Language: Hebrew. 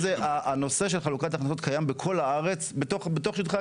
הנושא של חלוקת הכנסות קיים בכל הארץ בתוך שטחי